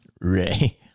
Ray